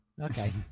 Okay